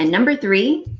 and number three,